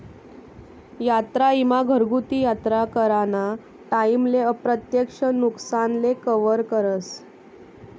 यात्रा ईमा घरगुती यात्रा कराना टाईमले अप्रत्यक्ष नुकसानले कवर करस